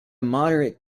moderate